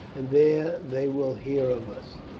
and there they will hear of us.